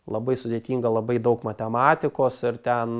labai sudėtinga labai daug matematikos ir ten